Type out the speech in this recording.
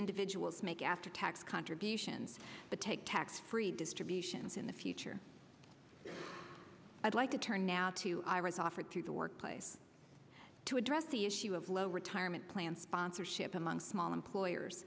individuals make after tax contributions to take tax free distributions in the future i'd like to turn now to ira's offer to the workplace to address the issue of low retirement plan sponsorship among small employers